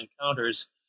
encounters